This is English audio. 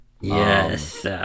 yes